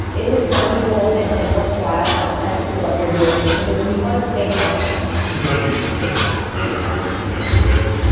is it valuable and and worthwhile and authentic to what you're doing? because it can be hard to say no i'm glad you you said that part about hard to say no because